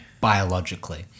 biologically